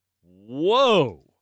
whoa